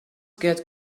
get